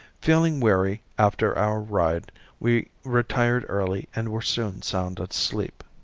feeling weary after our ride we retired early and were soon sound asleep.